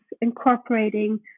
incorporating